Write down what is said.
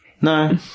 no